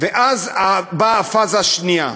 ואז באה הפאזה השנייה.